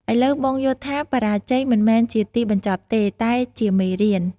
ឥឡូវបងយល់ថា បរាជ័យមិនមែនជាទីបញ្ចប់ទេ តែជាមេរៀន។